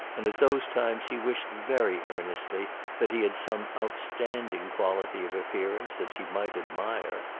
and at those times he wished very earnestly that he had some outstanding quality of appearance that she might admire.